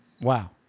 Wow